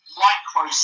micro